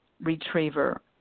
retriever